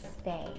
stay